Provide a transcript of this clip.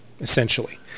essentially